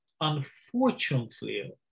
unfortunately